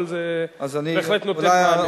אבל זה בהחלט נותן מענה.